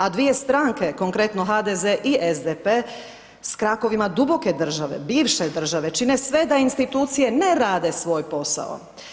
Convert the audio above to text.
A dvije stranke, konkretno HDZ i SDP s krakovima duboke države, bivše države, čine sve da institucije ne rade svoj posao.